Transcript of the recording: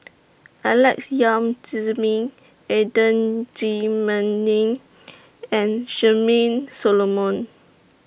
Alex Yam Ziming Adan Jimenez and Charmaine Solomon